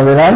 അതിനാൽ